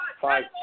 five